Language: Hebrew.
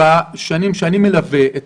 בשנים שאני מלווה את